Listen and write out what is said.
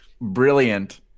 brilliant